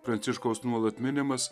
pranciškaus nuolat minimas